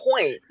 point